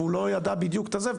והוא לא ידע בדיוק את הזה,